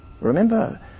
Remember